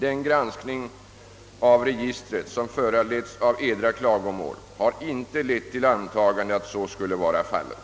Den granskning av registret, som föranletts av Edra klagomål, har inte lett till antagande att så skulle vara fallet.»